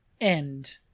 End